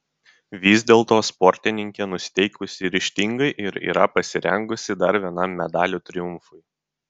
vis dėlto sportininkė nusiteikusi ryžtingai ir yra pasirengusi dar vienam medalių triumfui